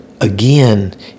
Again